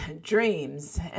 dreams